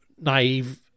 naive